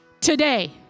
today